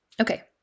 Okay